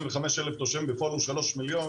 אלף תושבים ופה אנחנו שלוש מיליון,